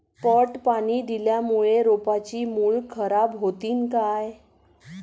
पट पाणी दिल्यामूळे रोपाची मुळ खराब होतीन काय?